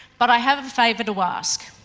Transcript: but i have a favour to ask,